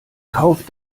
kauf